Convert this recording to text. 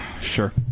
Sure